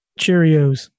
Cheerios